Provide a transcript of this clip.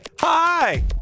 Hi